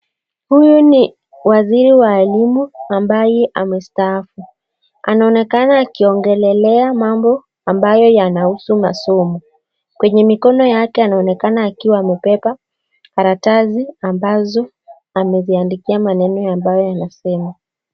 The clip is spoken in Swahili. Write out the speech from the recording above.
Huyu ni waziri wa elimu ambaye amestaafu. Anaonekana akiongelea mambo ambayo yanahusu na masomo. Kwenye mikono yake anaonekana amebeba karatasi ambazo ameziandikia maneno ambaye anasoma.